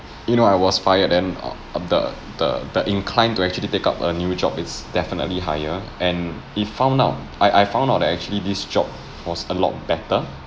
you know I was fired and uh the the the incline to actually to take up a new job it's definitely higher and if found out I I found out that actually this job was a lot better